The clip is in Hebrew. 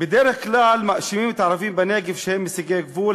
בדרך כלל מאשימים את הערבים בנגב שהם מסיגי גבול,